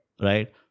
Right